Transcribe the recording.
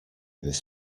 this